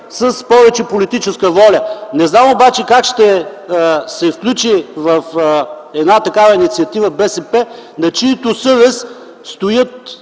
с повече политическа воля. Не знам обаче как ще се включи в такава инициатива БСП, на чиято съвест стоят